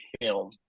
film